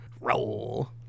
roll